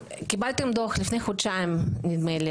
קיבלתם דוח לפני חודשיים נדמה לי